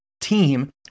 team